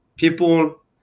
People